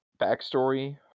backstory